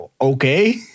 okay